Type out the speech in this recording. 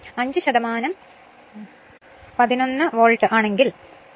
അഞ്ച് ശതമാനം 11 വോൾട്ട് ആണെങ്കിൽ അഞ്ച്